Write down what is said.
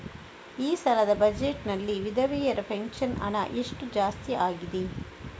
ಈ ಸಲದ ಬಜೆಟ್ ನಲ್ಲಿ ವಿಧವೆರ ಪೆನ್ಷನ್ ಹಣ ಎಷ್ಟು ಜಾಸ್ತಿ ಆಗಿದೆ?